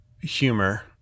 humor